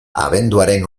abenduaren